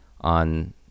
on